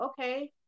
okay